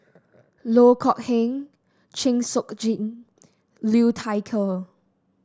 Loh Kok Heng Chng Seok Liu Thai Ker